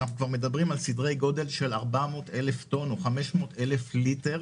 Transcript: אנחנו כבר מדברים על סדרי גודל של 400,000 טון או 500,000 ליטר